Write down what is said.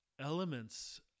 elements